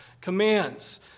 commands